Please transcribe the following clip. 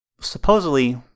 supposedly